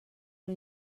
una